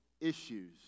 issues